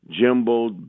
jimbo